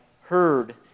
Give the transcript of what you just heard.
heard